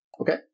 Okay